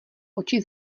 oči